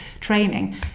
training